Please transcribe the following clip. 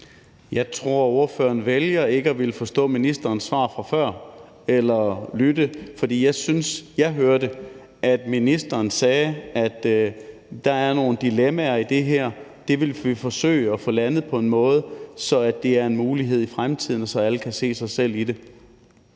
Jeg tror, at ordføreren vælger ikke at ville forstå ministerens svar fra før eller lytte til det, for jeg synes, at jeg hørte, at ministeren sagde, at der er nogle dilemmaer i det her, og at vi vil forsøge at få landet det på en måde, så det er en mulighed i fremtiden, og så alle kan se sig selv i det.